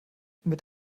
mit